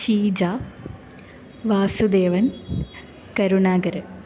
Sheeja Vasudevan Karunakaran